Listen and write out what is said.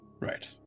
Right